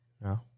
No